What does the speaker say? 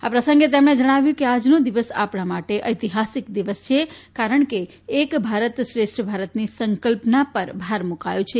આ પ્રસંગે તેમણે જણાવ્યું કે આજનો દિવસ આપણા માટે ઐતિહાસીક દિવસ છે કારણ કે એક ભારત શ્રેષ્ઠ ભારતની સંકલ્પના પર ભાર મુકાયો છે